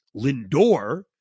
Lindor